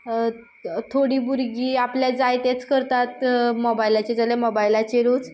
थोडीं भुरगीं आपल्याक जाय तेंच करतात मोबायलाचेर जाल्यार मोबायलाचेरूच